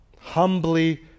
Humbly